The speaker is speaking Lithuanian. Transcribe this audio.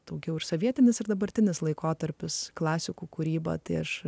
daugiau ir sovietinis ir dabartinis laikotarpis klasikų kūryba tai aš